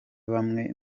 bamwe